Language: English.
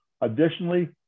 Additionally